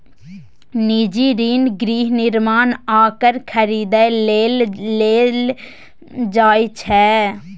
निजी ऋण गृह निर्माण आ कार खरीदै लेल लेल जाइ छै